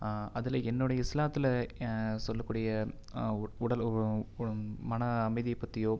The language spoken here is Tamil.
அதில் என்னுடைய இஸ்லாத்தில் சொல்லக்கூடிய உடல் மன அமைதியை பற்றியோ